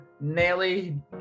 Nelly